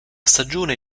stagione